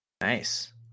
Nice